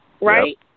Right